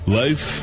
life